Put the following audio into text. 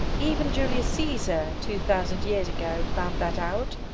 even julius caesar, two thousand years ago, found that out!